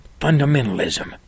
fundamentalism